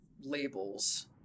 labels